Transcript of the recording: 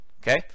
okay